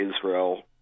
Israel